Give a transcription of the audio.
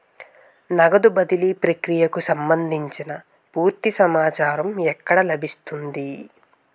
నగదు బదిలీ ప్రక్రియకు సంభందించి పూర్తి సమాచారం ఎక్కడ లభిస్తుంది?